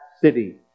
city